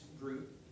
group